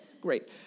great